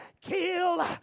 kill